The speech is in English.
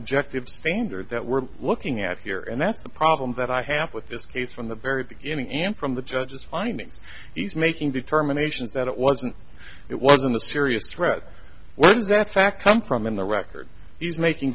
objective standard that we're looking at here and that's the problem that i have with this case from the very beginning and from the judge's findings he's making determinations that it wasn't it wasn't a serious threat was that fact come from in the record he's making